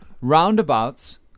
Roundabouts